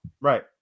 Right